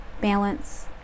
balance